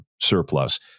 surplus